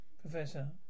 Professor